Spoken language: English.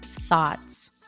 thoughts